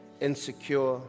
insecure